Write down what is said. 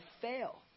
fail